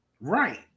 Right